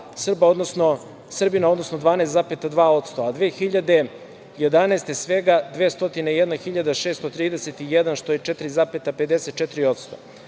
odnosno 12,2% a 2011. godine svega 201.631 što je 4,54%.